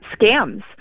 Scams